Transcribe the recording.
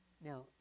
Now